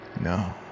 no